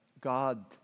God